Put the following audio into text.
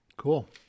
Cool